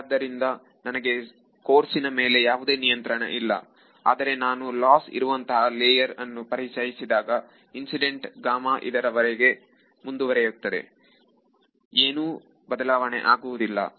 ಹಾಗಾದ್ದರಿಂದ ನನಗೆ ಕೋರ್ಸಿನ ಮೇಲೆ ಯಾವುದೇ ನಿಯಂತ್ರಣ ಇಲ್ಲ ಆದರೆ ನಾನು ಲಾಸ್ ಇರುವಂತಹ ಲೇಯರ್ ಅನ್ನು ಪರಿಚಯಿಸಿದಾಗ ಇನ್ಸಿಡೆಂಟ್ ಇದರ ವರೆಗೆ ಮುಂದುವರೆಯುತ್ತದೆ ಏನೂಬದಲಾವಣೆ ಆಗುವುದಿಲ್ಲ